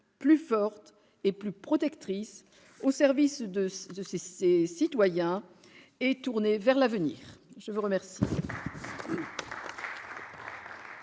plus forte et plus protectrice, au service de ses citoyens et tournée vers l'avenir. La parole